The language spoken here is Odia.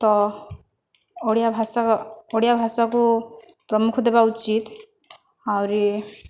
ତ ଓଡ଼ିଆ ଭାଷା ଓଡ଼ିଆ ଭାଷାକୁ ପ୍ରମୁଖ ଦେବା ଉଚିତ ଆହୁରି